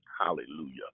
hallelujah